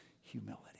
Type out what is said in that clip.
humility